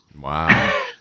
wow